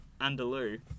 Andalou